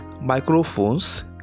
microphones